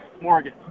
Morgan